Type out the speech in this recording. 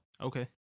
Okay